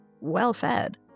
well-fed